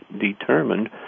determined—